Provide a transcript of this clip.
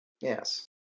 Yes